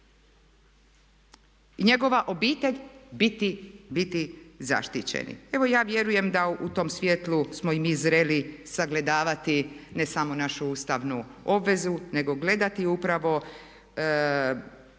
i njegova obitelj biti zaštićeni. Evo ja vjerujem da u tom svjetlu smo i mi zreli sagledavati ne samo našu ustavnu obvezu nego gledati upravo